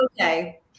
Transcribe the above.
Okay